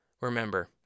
Remember